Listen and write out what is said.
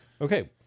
Okay